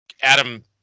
Adam